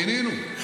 מינינו,